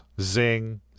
Zing